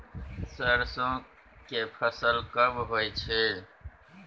सरसो के फसल कब होय छै?